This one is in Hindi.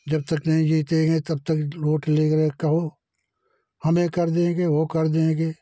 जब तक नहीं जीतेंगे तब तक वोट ले रहे कहो हम ये कर देंगे वो कर देंगे